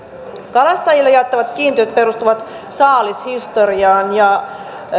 kalastajille jaettavat kiintiöt perustuvat saalishistoriaan ja